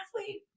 athlete